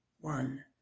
One